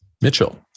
Mitchell